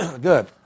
Good